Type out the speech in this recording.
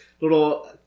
little